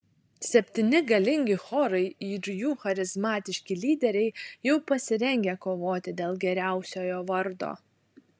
septyni galingi chorai ir jų charizmatiški lyderiai jau pasirengę kovoti dėl geriausiojo vardo